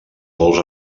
pols